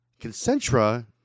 Concentra